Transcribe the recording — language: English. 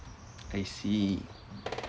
I see